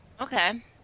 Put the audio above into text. Okay